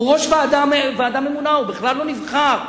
הוא ראש ועדה ממונה, הוא בכלל לא נבחר.